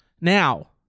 Now